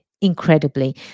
incredibly